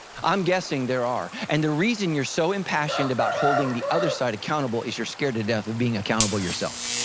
i'm guessing there are, and the reason you're so impassioned about holding the other side accountable is you're scared to death of being accountable yourself.